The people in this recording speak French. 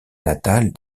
natale